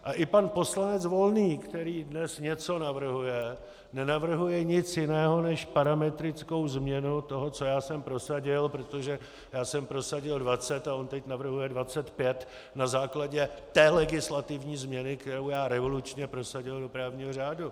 A i pan poslanec Volný, který dnes něco navrhuje, nenavrhuje nic jiného než parametrickou změnu toho, co já jsem prosadil, protože já jsem prosadil 20 a on teď navrhuje 25 na základě té legislativní změny, kterou já revolučně prosadil do právního řádu.